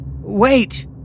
Wait